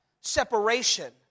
separation